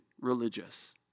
religious